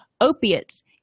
opiates